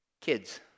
Kids